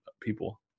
people